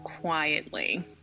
quietly